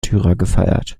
gefeiert